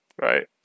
right